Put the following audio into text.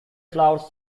flowers